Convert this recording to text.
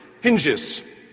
hinges